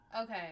Okay